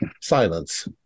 Silence